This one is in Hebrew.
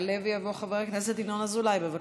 יעלה ויבוא חבר הכנסת ינון אזולאי, בבקשה.